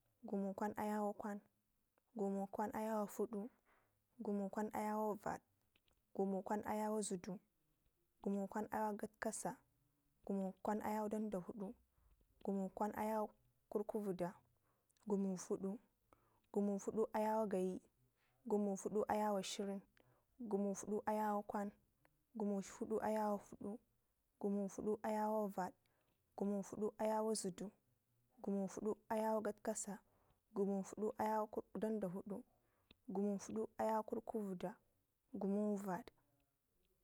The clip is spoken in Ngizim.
gumu kwan ayawo kwan, gumukwan ayawo fudu, gumukwan ayawo vad, gumukwa ayawo zidd, gumukwa ayawo gatkasa, gumukwan ayawo danda fudu, gumukwan ayo kutkuvida, gumufudu, gumufudu ayawo gayi, gumufudu ayawo shirin, gumu fudu ayawo kwan, gumu fudu ayawo fudu, gumu fudu ayawo vad gumu fudu ayawo zudu, gumu fudu ayawo gatkasa, gumu fudu ayawo danda fudu, gumu fudu ayawo kutkuvidda, gumu vad.